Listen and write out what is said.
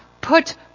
Put